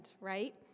right